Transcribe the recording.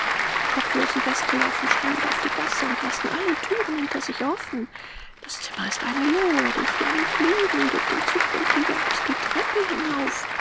die kopflosen gäste laufen schreiend auf die gasse und lassen alle türen hinter sich offen das zimmer ist eine lohe die flammen fliegen durch den zugwind gejagt die treppe hinauf